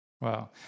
Wow